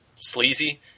sleazy